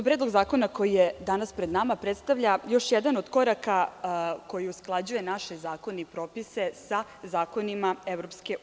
Predlog zakona koji je danas pred nama predstavlja još jedan od koraka koji usklađuje naše zakone i propise sa zakonima EU.